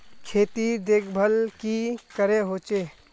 खेतीर देखभल की करे होचे?